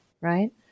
right